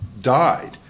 died